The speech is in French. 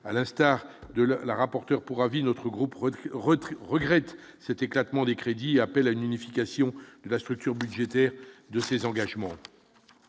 à l'instar de la la rapporteure pour avis, notre groupe Renault retrait regrette cette éclatement des crédits, appelle à une unification la structure budgétaire de ces engagements